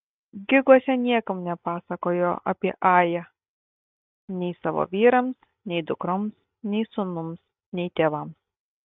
giguose niekam nepasakojo apie ają nei savo vyrams nei dukroms nei sūnums nei tėvams